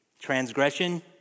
transgression